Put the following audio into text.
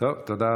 תודה, אדוני.